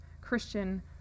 Christian